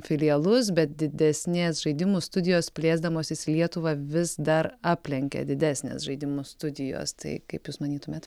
filialus bet didesnės žaidimų studijos plėsdamosis lietuvą vis dar aplenkia didesnės žaidimų studijos tai kaip jūs manytumėt